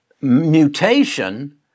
mutation